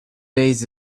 days